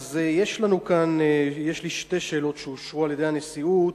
אז יש לי שתי שאלות שאושרו על-ידי הנשיאות.